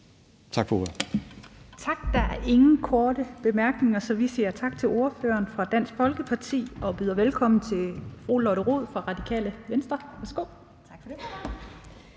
Tak for ordet.